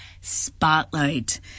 Spotlight